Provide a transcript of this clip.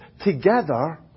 together